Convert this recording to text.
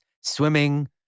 swimming